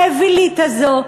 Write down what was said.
האווילית הזו,